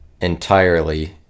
entirely